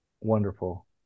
wonderful